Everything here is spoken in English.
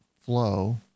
flow